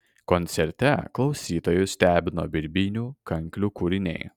koncerte klausytojus stebino birbynių kanklių kūriniai